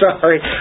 sorry